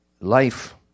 life